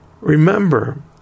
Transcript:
Remember